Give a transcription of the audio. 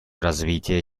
развитие